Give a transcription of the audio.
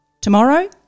tomorrow